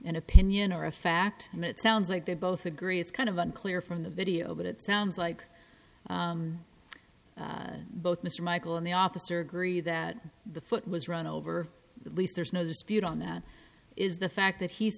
an opinion or a fact and it sounds like they both agree it's kind of unclear from the video but it sounds like both mr michael and the officer agree that the foot was run over at least there's no dispute on that is the fact that he's